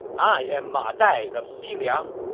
i am ma dai of xiliang.